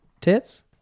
Tits